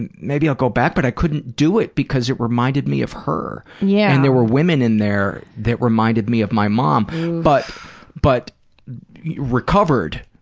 and maybe i'll go back but i couldn't do it because it reminded me of her. yeah and there were women in there that reminded me of my mom but but recovered.